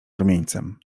rumieńcem